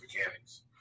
mechanics